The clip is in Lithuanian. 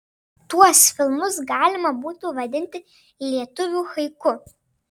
tuos filmus galima būtų vadinti lietuvių haiku